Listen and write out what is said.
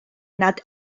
nad